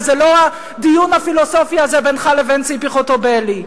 וזה לא הדיון הפילוסופי הזה בינך לבין ציפי חוטובלי.